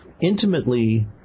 intimately